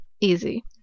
easy